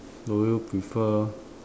do you prefer